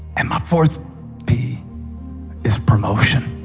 and my fourth p is promotion.